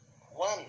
one